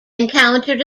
encountered